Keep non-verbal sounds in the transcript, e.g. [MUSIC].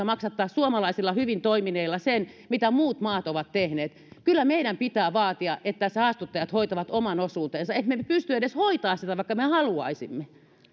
[UNINTELLIGIBLE] maksattaa suomalaisilla hyvin toimineilla se mitä muut maat ovat tehneet kyllä meidän pitää vaatia että saastuttajat hoitavat oman osuutensa emme me me edes pysty hoitamaan sitä vaikka haluaisimme